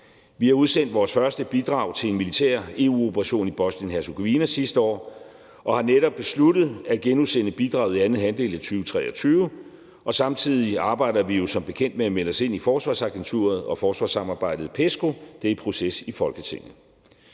Vi har udsendt vores første bidrag til en militær EU-operation i Bosnien-Hercegovina sidste år, og vi har netop besluttet at genudsende bidraget i anden halvdel af 2023. Samtidig arbejder vi jo som bekendt med at melde os ind i forsvarsagenturet og forsvarssamarbejdet PESCO. Det er i proces i Folketinget.